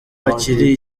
hakiri